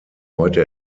heute